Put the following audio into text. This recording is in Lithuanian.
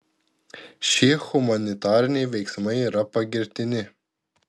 šie humanitariniai veiksmai yra pagirtini